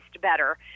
better